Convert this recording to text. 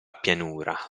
pianura